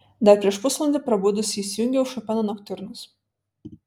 dar prieš pusvalandį prabudusi įsijungiau šopeno noktiurnus